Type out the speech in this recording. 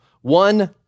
one